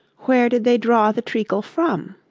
where did they draw the treacle from